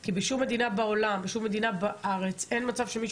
כי בשום מדינה בעולם אין מצב שמישהו